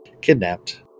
kidnapped